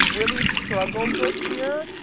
really struggled this year,